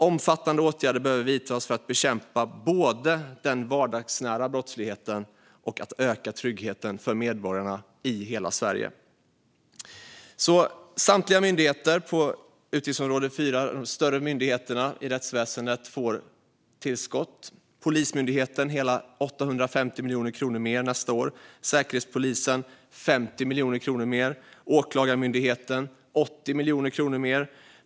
Omfattande åtgärder behöver vidtas för att bekämpa den vardagsnära brottsligheten och för att öka tryggheten för medborgarna i hela Sverige. Samtliga myndigheter inom utgiftsområde 4, de större myndigheterna i rättsväsendet, får tillskott. Polismyndigheten får 850 miljoner kronor mer nästa år. Säkerhetspolisen får 50 miljoner kronor mer. Åklagarmyndigheten får 80 miljoner kronor mer.